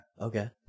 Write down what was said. Okay